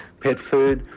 petfood,